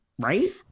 Right